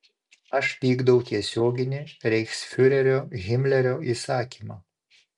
aš vykdau tiesioginį reichsfiurerio himlerio įsakymą